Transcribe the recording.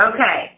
Okay